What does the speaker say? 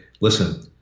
listen